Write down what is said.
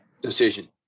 decision